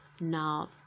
now